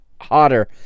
hotter